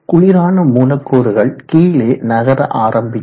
குளிரான மூலக்கூறுகள் கீழே நகர ஆரம்பிக்கும்